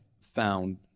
found